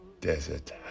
desert